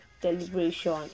deliberation